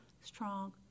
strong